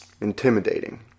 intimidating